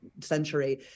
century